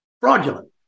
fraudulent